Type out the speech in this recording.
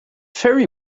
very